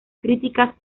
críticas